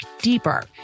deeper